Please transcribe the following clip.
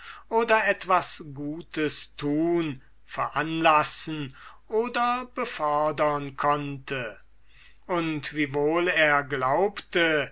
oder etwas gutes tun veranlassen oder befördern konnte und wiewohl er glaubte